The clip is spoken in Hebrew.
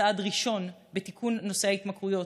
וכצעד ראשון בתיקון נושא ההתמכרויות,